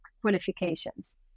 qualifications